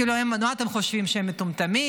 כאילו, מה אתם חושבים, שהם מטומטמים?